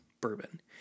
bourbon